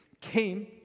came